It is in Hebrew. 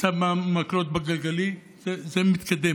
שמה מקלות בגלגלים, זה מתקדם.